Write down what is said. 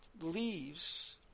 leaves